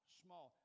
small